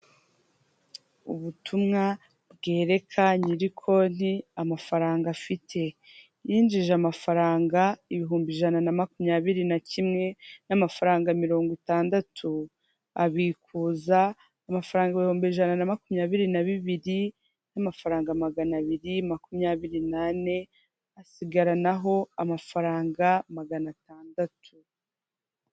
Ubutumwa bwereka nyiri konti amafaranga afite, yinjije amafaranga ibihumbi ijana na makumyabiri na kimwe n'amafaranga mirongo itandatu, abikuza amafaranga ibihumbi ijana na makumyabiri na bibiri n'amafaranga magana abiri makumyabiri n'ane, asigaranaho amafaranga magana atandatu.